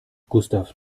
gustav